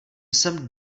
jsem